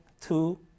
two